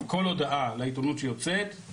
כל הודעה לעיתונות שיוצאת היא